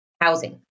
housing